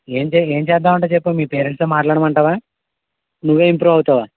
ఏంటి ఏం చేద్దామంటావు చెప్పు మీ పేరెంట్స్తో మాట్లాడమంటావా నువ్వే ఇంప్రూవ్ అవుతావా